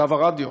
כתב הרדיו.